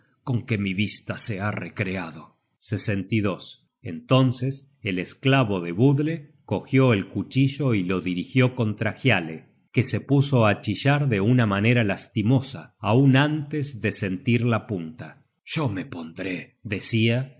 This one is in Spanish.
con que mi vista se ha recreado entonces el esclavo de budle cogió el cuchillo y lo dirigió contra hiale que se puso á chillar de una manera lastimosa aun antes de sentir la punta yo me pondré decia